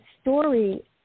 story